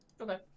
Okay